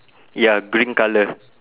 ya green colour